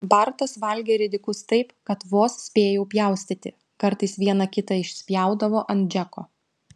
bartas valgė ridikus taip kad vos spėjau pjaustyti kartais vieną kitą išspjaudavo ant džeko